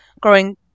growing